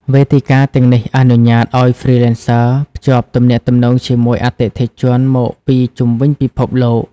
វេទិកាទាំងនេះអនុញ្ញាតឱ្យ Freelancers ភ្ជាប់ទំនាក់ទំនងជាមួយអតិថិជនមកពីជុំវិញពិភពលោក។